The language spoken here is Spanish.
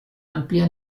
amplio